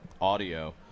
audio